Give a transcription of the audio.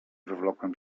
wywlokłem